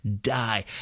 die